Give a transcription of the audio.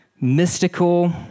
mystical